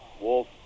Wolf